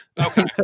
Okay